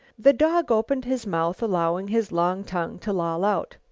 the dog opened his mouth, allowing his long tongue to loll out.